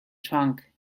trunk